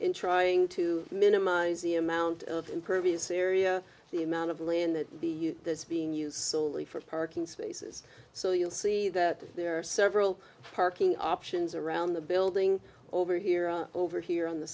in trying to minimize the amount of impervious area the amount of land that this being used for parking spaces so you'll see that there are several parking options around the building over here over here on the